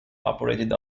operated